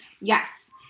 Yes